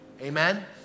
Amen